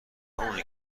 اونی